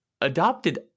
adopted